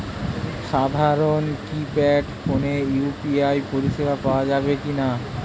সাধারণ কিপেড ফোনে ইউ.পি.আই পরিসেবা পাওয়া যাবে কিনা?